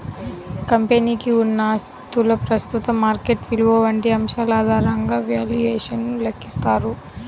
కంపెనీకి ఉన్న ఆస్తుల ప్రస్తుత మార్కెట్ విలువ వంటి అంశాల ఆధారంగా వాల్యుయేషన్ ను లెక్కిస్తారు